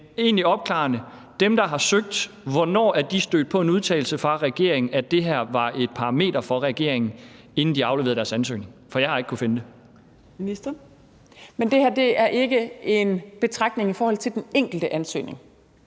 Dem, der har søgt, hvornår er de stødt på en udtalelse fra regeringen om, at det her var et parameter for regeringen, inden de afleverede deres ansøgning? Jeg har ikke kunnet finde det. Kl. 15:35 Fjerde næstformand (Trine Torp): Ministeren.